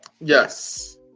Yes